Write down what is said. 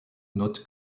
note